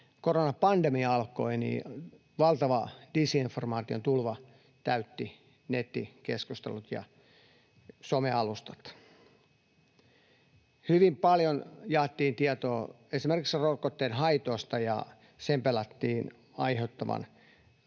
koronapandemia alkoi, niin valtava disinformaation tulva täytti nettikeskustelut ja somealustat. Hyvin paljon jaettiin tietoa esimerkiksi rokotteen haitoista, ja sen pelättiin aiheuttavan